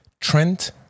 Trent